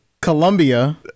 Colombia